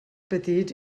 petits